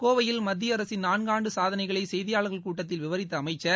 கோவையில் மத்திய அரசின் நான்காண்டு சாதனைகளை செய்தியாளர்கள் கூட்டத்தில் விவரித்த அமைச்சர்